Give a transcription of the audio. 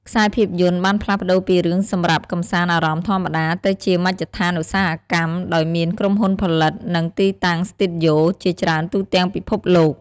ខ្សែភាពយន្តបានផ្លាស់ប្តូរពីរឿងសម្រាប់កំសាន្តអារម្មណ៌ធម្មតា ទៅជាមជ្ឈដ្ឋានឧស្សាហកម្ម ដោយមានក្រុមហ៊ុនផលិត និង ទីតាំងស្ទូឌីយោជាច្រើនទូទាំងពិភពលោក។